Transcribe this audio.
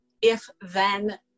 if-then